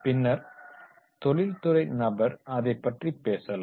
பின்னர் தொழில்துறை நபர் அதைப் பற்றி பேசலாம்